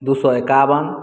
दू सए एकाबन